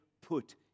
put